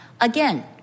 Again